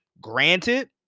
Granted